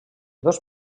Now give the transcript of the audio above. dos